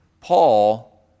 Paul